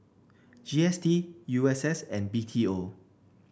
G S T U S S and B T O